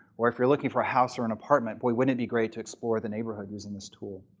or if you're looking for a house or an apartment, boy wouldn't it be great to explore the neighborhood using this tool?